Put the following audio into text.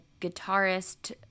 guitarist